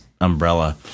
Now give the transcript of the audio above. umbrella